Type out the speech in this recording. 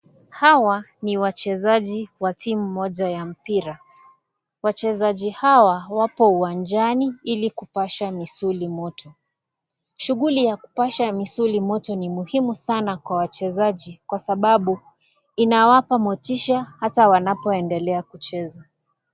Hawa, ni wachezaji wa timu moja ya mpira. Wachezaji hawa, wapo uwanjani, ili kupasha misuli moto. Shughuli ya kupasha misuli moto ni muhimu sana kwa wachezaji kwa sababu, inawapa motisha hata wanapoendelea kucheza.